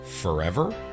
forever